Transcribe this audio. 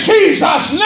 Jesus